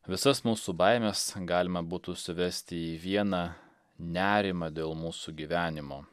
visas mūsų baimes galima būtų suvesti į vieną nerimą dėl mūsų gyvenimo